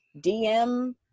DM